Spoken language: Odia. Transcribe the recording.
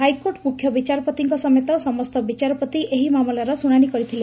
ହାଇକୋର୍ଟ ମୁଖ୍ୟବିଚାରପତିଙ୍କ ସମେତ ସମସ୍ତ ବିଚାରପତି ଏହି ମାମଲାର ଶୁଣାଣି କରିଥିଲେ